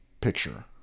picture